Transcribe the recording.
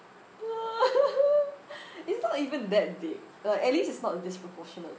ya it's not even that big like at least it's not disproportionate